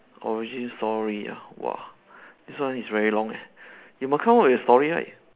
origin story ah !wah! this one is very long eh you must come out with a story right